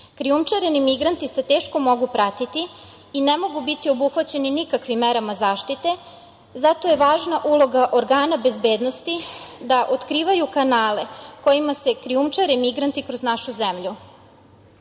novac. Krijumčareni migranti se teško mogu pratiti i ne mogu biti obuhvaćeni nikakvim merama zaštite. Zato je važna uloga organa bezbednosti da otkrivaju kanale kojima se krijumčare migranti kroz nađu zemlju.